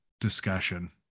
discussion